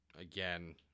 again